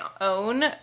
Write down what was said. own